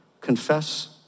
Confess